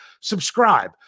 Subscribe